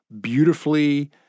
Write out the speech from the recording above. beautifully